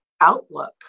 outlook